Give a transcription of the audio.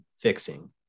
fixing